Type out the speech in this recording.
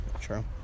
true